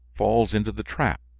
falls into the trap,